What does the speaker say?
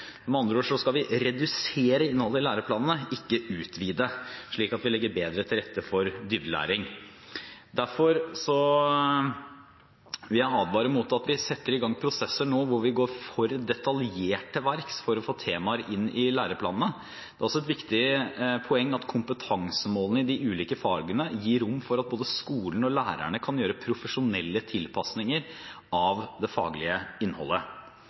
Med andre ord skal vi redusere innholdet i læreplanene, ikke utvide, slik at vi legger bedre til rette for dybdelæring. Derfor vil jeg advare mot at vi setter i gang prosesser hvor vi går for detaljert til verks for å få temaer inn i læreplanene. Det er også et viktig poeng at kompetansemålene i de ulike fagene gir rom for at skolene og lærerne kan gjøre profesjonelle tilpasninger av det faglige innholdet.